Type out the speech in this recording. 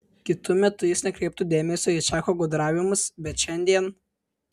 kitu metu jis nekreiptų dėmesio į čako gudravimus bet šiandien